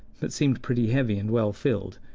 but seemed pretty heavy and well-filled,